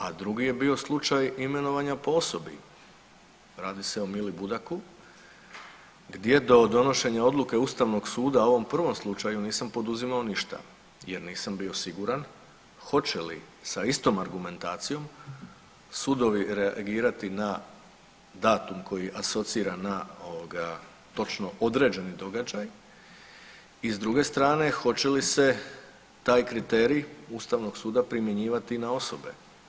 A drugi je bio slučaj imenovanja po osobi, radi se o Mili Budaku gdje do donošenja odluke Ustavnog suda u ovom prvom slučaju nisam poduzimao ništa jer nisam bio siguran hoće li sa istom argumentacijom sudovi reagirati na datum koji asocira na točno određeni događaj i s druge strane hoće li se taj kriterij Ustavnog suda primjenjivati i na osobe.